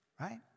Right